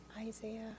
Isaiah